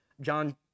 John